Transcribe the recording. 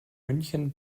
münchen